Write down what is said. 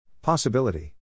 Possibility